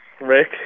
Rick